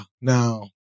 Now